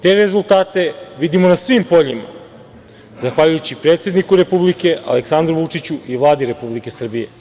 Te rezultate vidimo na svim poljima zahvaljujući predsedniku Republike, Aleksandru Vučiću i Vladi Republike Srbije.